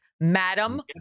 Madam